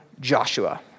Joshua